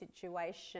situation